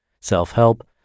self-help